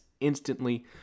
instantly